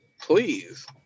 Please